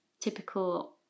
typical